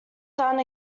done